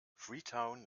freetown